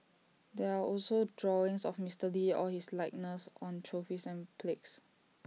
there are also drawings of Mister lee or his likeness on trophies and plagues